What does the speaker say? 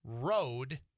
Road